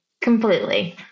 Completely